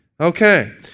Okay